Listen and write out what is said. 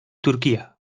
turquía